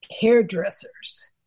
hairdressers